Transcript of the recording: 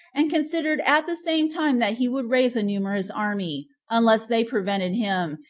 and considered at the same time that he would raise a numerous army, unless they prevented him,